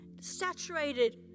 saturated